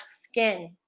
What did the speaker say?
skin